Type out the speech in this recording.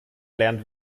lernt